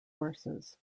horses